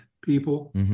people